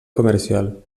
comercial